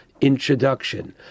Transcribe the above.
introduction